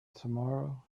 tomorrow